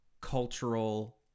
cultural